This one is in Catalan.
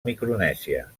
micronèsia